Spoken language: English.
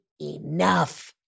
enough